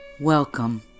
Welcome